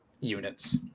units